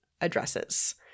addresses